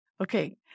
Okay